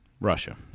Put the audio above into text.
Russia